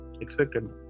expected